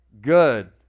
good